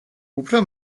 უფრო